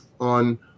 on